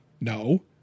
No